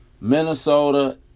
Minnesota